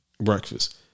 Breakfast